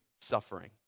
suffering